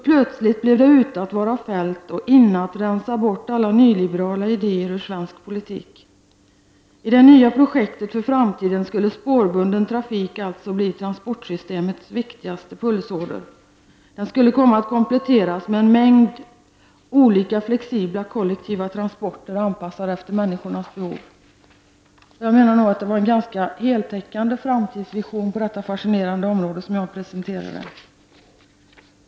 Plötsligt blev det ute att vara Feldt och inne att rensa bort alla nyliberala idéer ur svensk politik. I det nya projektet för framtiden skulle spårbunden trafik alltså bli transportsystemets viktigaste pulsåder. Den skulle komma att kompletteras med en mängd olika flexibla kollektiva transporter, anpassade efter människornas behov. Jag menar att det var en nära nog heltäckande framtidsvision på detta fascinerande område som jag presenterade.